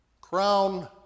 crown